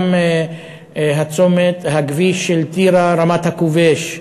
גם הכביש של טירה רמת-הכובש,